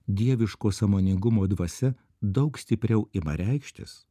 dieviško sąmoningumo dvasia daug stipriau ima reikštis